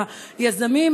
היזמים,